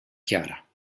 chiara